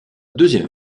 deuxième